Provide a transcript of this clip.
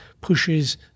pushes